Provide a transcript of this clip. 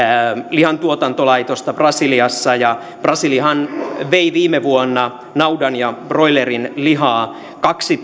lihantuotantolaitosta brasiliassa ja brasiliahan vei viime vuonna naudan ja broilerinlihaa